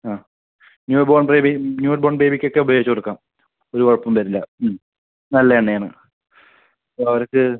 ആ new born baby new born ബേബിക്ക് ഒക്കെ ഉപയോഗിച്ച് കൊടുക്കാം ഒരു കുഴപ്പം വരില്ല ഹ്മ് നല്ല എണ്ണ ആണ് അവർക്ക്